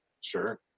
Sure